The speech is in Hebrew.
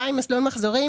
מסלול מחזורים,